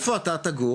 איפה אתה תגור?